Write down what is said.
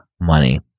money